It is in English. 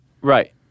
Right